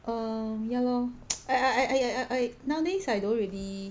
um ya lor I I I I I nowadays I don't really